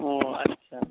ও আচ্ছা